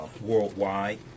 worldwide